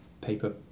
paper